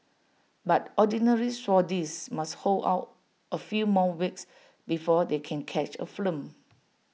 but Ordinary Saudis must hold out A few more weeks before they can catch A film